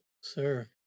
sir